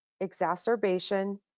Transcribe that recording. exacerbation